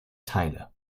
teile